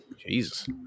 Jesus